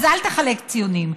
אז אל תחלק ציונים.